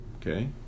Okay